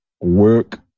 Work